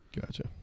Gotcha